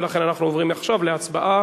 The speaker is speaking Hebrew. ולכן אנחנו עוברים עכשיו להצבעה,